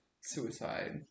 suicide